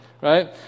Right